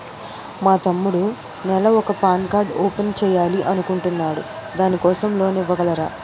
మా తమ్ముడు నెల వొక పాన్ షాప్ ఓపెన్ చేయాలి అనుకుంటునాడు దాని కోసం లోన్ ఇవగలరా?